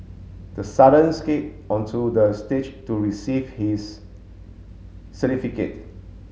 the sudden skate onto the stage to receive his certificate